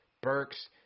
Burks